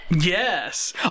Yes